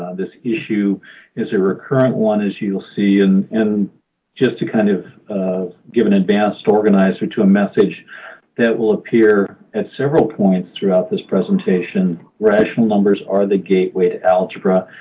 this issue is a recurrent one, as you'll see. and and just to kind of of give an advanced organizer to a message that will appear at several points throughout this presentation, rational numbers are the gateway to algebra.